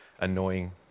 annoying